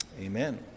Amen